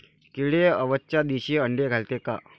किडे अवसच्या दिवशी आंडे घालते का?